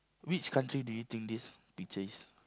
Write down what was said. which country do you think this picture is